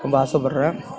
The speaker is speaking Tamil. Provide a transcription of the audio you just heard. ரொம்ப ஆசைப்படுறேன்